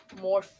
more